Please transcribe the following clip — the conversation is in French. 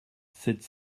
sept